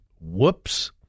whoops